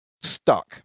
stuck